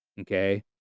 okay